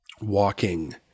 walking